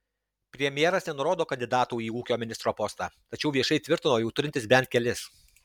premjeras nenurodo kandidatų į ūkio ministro postą tačiau viešai tvirtino jų turintis bent kelis